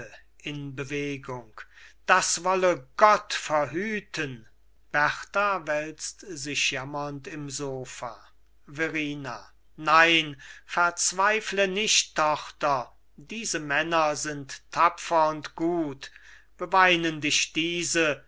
in bewegung das wolle gott verhüten berta wälzt sich jammernd im sofa verrina nein verzweifle nicht tochter diese männer sind tapfer und gut beweinen dich diese